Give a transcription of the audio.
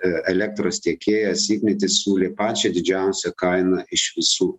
elektros tiekėjas ignitis siūlė pačią didžiausią kainą iš visų